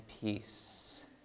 peace